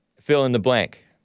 fill-in-the-blank